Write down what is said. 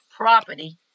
property